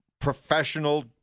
professional